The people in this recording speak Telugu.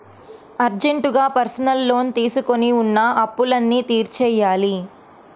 అర్జెంటుగా పర్సనల్ లోన్ తీసుకొని ఉన్న అప్పులన్నీ తీర్చేయ్యాలి